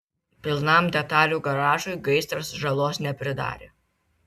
pilnam detalių garažui gaisras žalos nepridarė